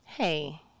Hey